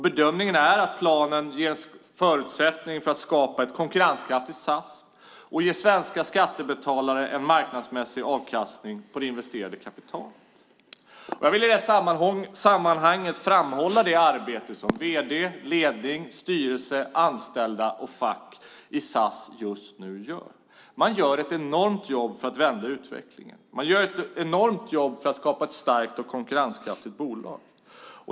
Bedömningen är att planen ger förutsättning för att skapa ett konkurrenskraftigt SAS och ge svenska skattebetalare en marknadsmässig avkastning på det investerade kapitalet. Jag vill i det sammanhanget framhålla det arbete som vd, ledning, styrelse, anställda och fack i SAS just nu gör. Man gör ett enormt jobb för att vända utvecklingen. Man gör ett enormt jobb för att skapa ett starkt och konkurrenskraftigt bolag.